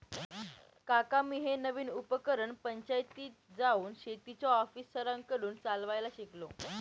काका मी हे नवीन उपकरण पंचायतीत जाऊन शेतीच्या ऑफिसरांकडून चालवायला शिकलो